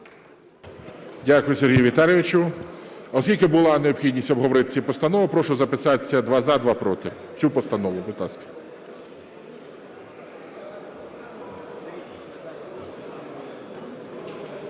Дякую, Сергію Віталійовичу. Оскільки була необхідність обговорити цю постанову, прошу записатися: два - за, два – проти. Цю постанову,